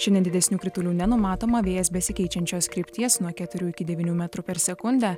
šiandien didesnių kritulių nenumatoma vėjas besikeičiančios krypties nuo keturių iki devynių metrų per sekundę